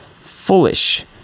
foolish